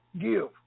Give